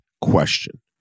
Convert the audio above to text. question